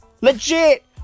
Legit